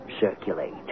circulate